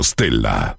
Stella